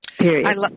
Period